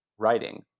Writing